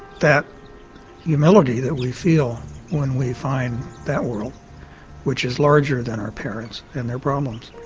that humility that we feel when we find that world which is larger than our parents and their problems,